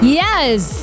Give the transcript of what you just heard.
yes